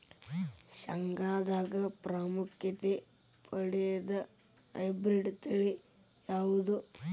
ಶೇಂಗಾದಾಗ ಪ್ರಾಮುಖ್ಯತೆ ಪಡೆದ ಹೈಬ್ರಿಡ್ ತಳಿ ಯಾವುದು?